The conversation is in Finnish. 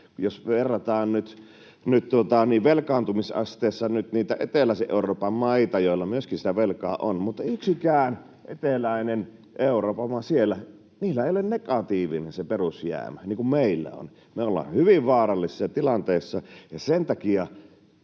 Jos verrataan nyt velkaantumisasteessa niitä eteläisen Euroopan maita, joilla myöskin sitä velkaa on, niin yhdenkään eteläisen Euroopan maan perusjäämä ei ole negatiivinen, niin kuin meillä on. Me ollaan hyvin vaarallisessa tilanteessa. Sen takia,